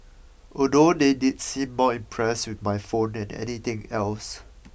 although they did seem more impressed with my phone than anything else